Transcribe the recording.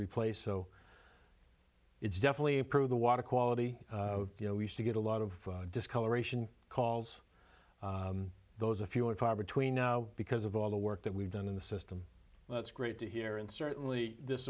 replace so it's definitely improve the water quality you know used to get a lot of discoloration calls those a few and far between now because of all the work that we've done in the system that's great to hear and certainly this